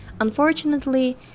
Unfortunately